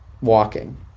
walking